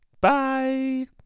Bye